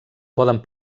poden